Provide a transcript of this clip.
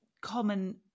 common